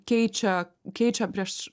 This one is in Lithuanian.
keičia keičia prieš